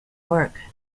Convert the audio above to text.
work